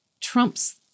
trumps